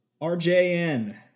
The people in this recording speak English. RJN